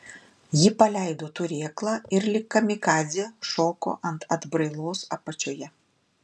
ji paleido turėklą ir lyg kamikadzė šoko ant atbrailos apačioje